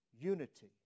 unity